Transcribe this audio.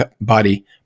body